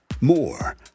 More